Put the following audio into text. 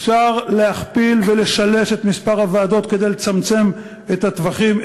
אפשר להכפיל ולשלש את מספר הוועדות כדי לצמצם את הטווחים,